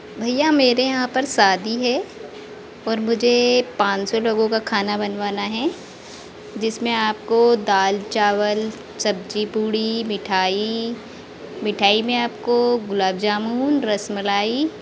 भैया मेरे यहाँ पर शादी है और मुझे पाँच सौ लोगों का खाना बनवाना है जिसमें आपको दाल चावल सब्ज़ी पूड़ी मिठाई मिठाई में आपको ग़ुलाब जामुन रसमलाई